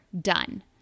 done